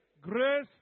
grace